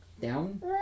Down